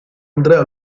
andrea